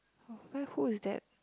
who is that